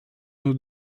nous